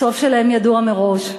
הסוף שלהם ידוע מראש.